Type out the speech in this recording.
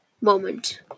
moment